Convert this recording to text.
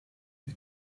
has